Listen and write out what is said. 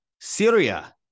Syria